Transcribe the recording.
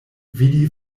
vidi